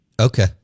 Okay